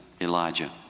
Elijah